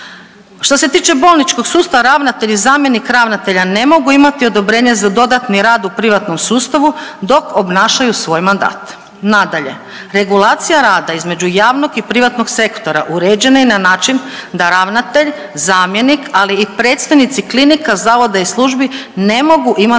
Što se tiče bolničkog sustava, ravnatelj i zamjenik ravnatelja ne mogu imati odobrenje za dodatni rad u privatnom sustavu dok obnašaju svoj mandat. Nadalje, regulacija rada između javnog i privatnog sektora uređen je na način da ravnatelj, zamjenik, ali i predstojnici klinika, zavoda i službi ne mogu imati u